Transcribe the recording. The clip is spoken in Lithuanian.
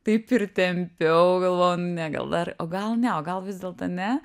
taip ir tempiau galvojau nu ne gal dar o gal ne o gal vis dėlto ne